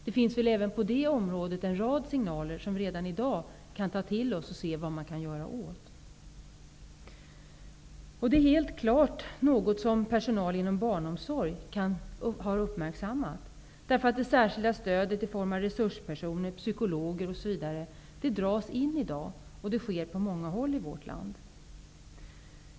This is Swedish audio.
Det finns väl även på detta område en rad signaler som vi redan i dag kan ta till oss för att se om vi kan göra något. Det är helt klart att personalen inom barnomsorgen har uppmärksammat detta, eftersom det särskilda stödet i form av resurspersoner, psykologer osv i dag dras in. Det sker på många håll i vårt land.